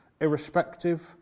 irrespective